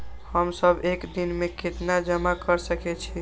हम सब एक दिन में केतना जमा कर सके छी?